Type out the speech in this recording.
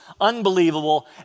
unbelievable